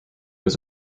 was